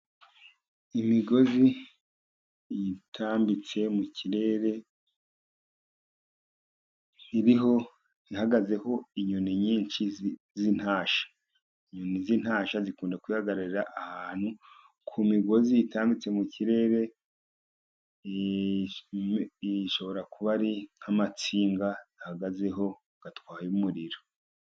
Imigozi itambitse mu kirere ihagazeho inyoni nyinshi z'intashya, inyoni z'intashya zikunda guhagarara ahantu ku migozi itambitse mu kirere, ishobora kuba ari nk'amatsinga ahagazeho atwaye umuriro.